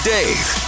Dave